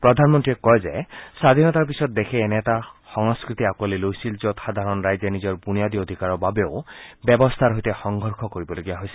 প্ৰধানমন্ত্ৰীয়ে কয় যে স্বাধীনতাৰ পিছত দেশে এনে এটা সংস্কৃতি আঁকোৱালি লৈছিল যত সাধাৰণ ৰাইজে নিজৰ বুনিয়াদী অধিকাৰৰ বাবেও ব্যৱস্থাৰ সৈতে সংঘৰ্ষ কৰিবলগীয়া হৈছিল